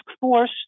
force